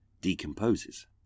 decomposes